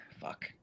fuck